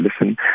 listen